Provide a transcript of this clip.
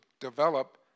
develop